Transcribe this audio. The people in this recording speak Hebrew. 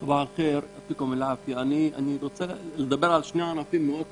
אני רוצה לדבר על שני ענפים מאד חשובים.